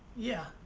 yeah.